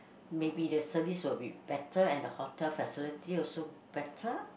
maybe their service will be better and the hotel facility also better